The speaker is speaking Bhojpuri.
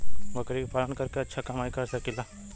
बकरी के पालन करके अच्छा कमाई कर सकीं ला?